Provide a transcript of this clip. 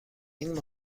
این